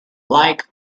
like